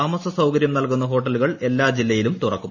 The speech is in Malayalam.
താമസ സൌകര്യം നൽകുന്ന ഹോട്ടലുകൾ എല്ലാ ജില്ലകളിലും തുറക്കും